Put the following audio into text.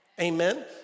Amen